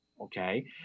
okay